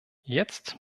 jetzt